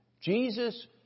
Jesus